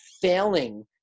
failing